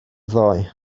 ddoe